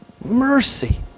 mercy